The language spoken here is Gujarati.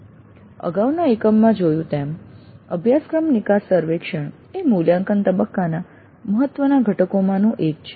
આપણે અગાઉના એકમમાં જોયું તેમ અભ્યાસક્રમ નિકાસ સર્વેક્ષણ એ મૂલ્યાંકન તબક્કાના મહત્વના ઘટકોમાંનું એક છે